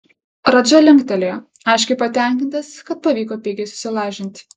radža linktelėjo aiškiai patenkintas kad pavyko pigiai susilažinti